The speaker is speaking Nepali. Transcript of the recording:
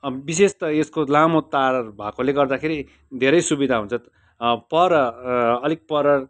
विशेष त यसको लामो तार भएकोले गर्दाखेरि धेरै सुविधा हुन्छ पर अलिक पर